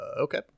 Okay